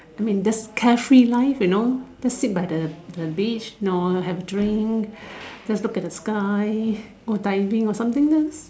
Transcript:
I mean thats carefree life you know just sit by the beach know have a drink just look at the sky or diving or something